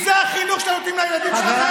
זה החינוך שאתם נותנים לילדים שלכם?